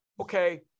okay